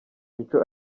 mico